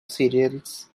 cereals